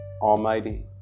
almighty